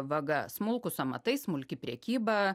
vaga smulkūs amatai smulki prekyba